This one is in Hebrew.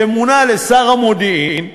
שמונה לשר המודיעין.